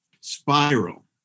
spiral